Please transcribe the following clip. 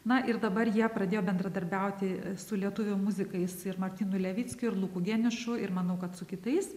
na ir dabar jie pradėjo bendradarbiauti su lietuvių muzikais ir martynu levickiu ir luku geniušu ir manau kad su kitais